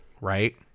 Right